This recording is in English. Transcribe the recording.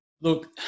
look